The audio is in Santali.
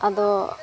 ᱟᱫᱚ